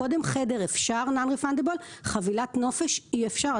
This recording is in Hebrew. חדר אפשר non-refundable, חבילת נופש אי-אפשר.